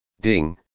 Ding